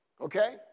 okay